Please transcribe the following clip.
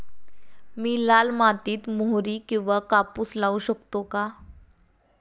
मी लाल मातीत मोहरी किंवा कापूस लावू शकतो का?